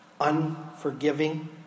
unforgiving